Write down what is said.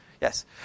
Yes